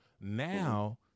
Now